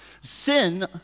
Sin